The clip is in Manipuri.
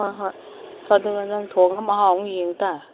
ꯍꯣꯏ ꯍꯣꯏ ꯑꯗꯨꯒ ꯅꯪ ꯊꯣꯡꯉꯒ ꯃꯍꯥꯎ ꯑꯃꯨꯛ ꯌꯦꯡꯇꯥꯔꯦ